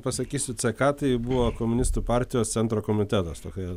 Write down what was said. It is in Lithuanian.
pasakysiu ck tai buvo komunistų partijos centro komitetas tokia